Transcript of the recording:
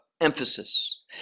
emphasis